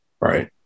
Right